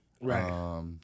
right